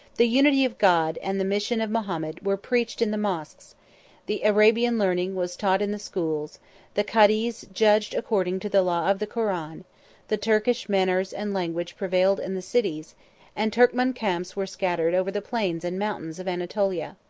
the unity of god, and the mission of mahomet, were preached in the moschs the arabian learning was taught in the schools the cadhis judged according to the law of the koran the turkish manners and language prevailed in the cities and turkman camps were scattered over the plains and mountains of anatolia.